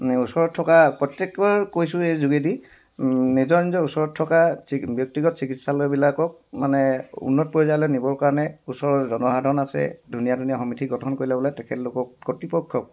ওচৰত থকা প্ৰত্যেকক কৈছোঁ এই যোগেদি নিজৰ নিজৰ ওচৰত থকা চি ব্যক্তিগত চিকিৎসালয়বিলাকক মানে উন্নত পৰ্যায়লৈ নিবৰ কাৰণে ওচৰৰ জনসাধাৰণ আছে ধুনীয়া ধুনীয়া সমিতি গঠন কৰি ল'ব লাগে তেখেতলোকক কৰ্তৃপক্ষক